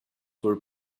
were